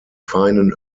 feinen